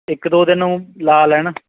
ਇੱਕ ਦੋ ਦਿਨ ਊ ਲਗਾ ਲੈਣ